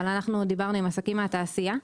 אבל אנחנו דיברנו עם עסקים מהתעשייה,